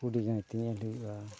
ᱠᱩᱰᱤ ᱜᱟᱸᱭᱛᱤ ᱧᱮᱞ ᱦᱩᱭᱩᱜᱼᱟ